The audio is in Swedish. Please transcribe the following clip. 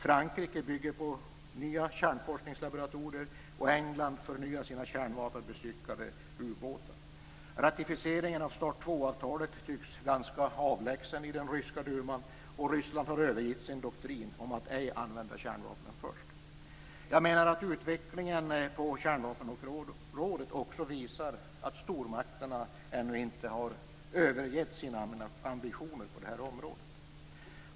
Frankrike bygger nya kärnforskningslaboratorier och Ratificeringen av START II-avtalet tycks ganska avlägsen i den ryska duman, och Ryssland har övergett sin doktrin om att ej använda kärnvapen först. Jag menar att utvecklingen på kärnvapenområdet också visar att stormakterna ännu inte har övergett sina ambitioner på det här området.